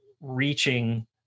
reaching